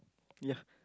ya